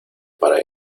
para